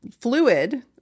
fluid